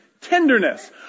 tenderness